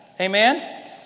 Amen